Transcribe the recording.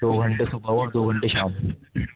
دو گھنٹے صبح اور دو گھنٹے شام